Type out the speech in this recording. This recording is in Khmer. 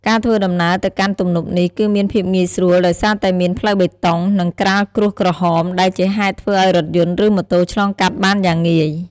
ការធ្វើដំណើរទៅកាន់ទំនប់នេះ គឺមានភាពងាយស្រួលដោយសារតែមានផ្លូវបេតុង និងក្រាលក្រួសក្រហម ដែលជាហេតុធ្វើឲ្យរថយន្ត ឬម៉ូតូឆ្លងកាត់បានយ៉ាងងាយ។